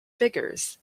figures